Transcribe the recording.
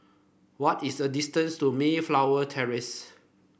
what is the distance to Mayflower Terrace